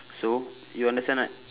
so you understand right